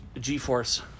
G-Force